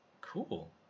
cool